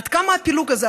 עד כמה הפילוג הזה,